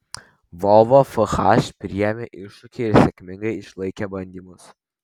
volvo fh priėmė iššūkį ir sėkmingai išlaikė bandymus